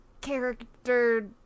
character